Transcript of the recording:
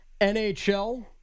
NHL